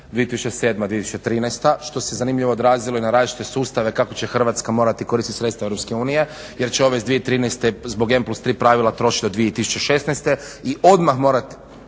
2007.-2013.što se zanimljivo odrazilo i na različite sustave kako će Hrvatska morati koristiti sredstva EU jer će ove iz 2013.zbog m+3 pravila trošiti do 2016.i odmah morat